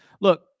Look